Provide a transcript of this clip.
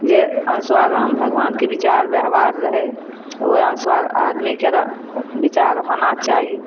जे अनुसार राम भगबानके बिचार बेहबार रहै ओहि अनुसार आदमीकेँ बिचार होना चाही